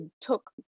took